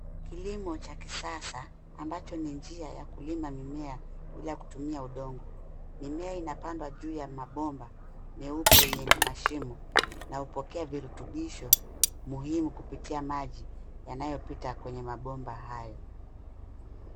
Kilimo cha kisasa ambacho ni njia ya kulima mimea bila kutumia udongo. Mimea inapandwa juu ya mabomba meupe yenye mashimo na kupokea virutubisho muhimu kupitia maji yanayopita kwenye mabomba hayo.